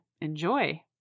Enjoy